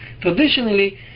traditionally